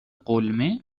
قلمه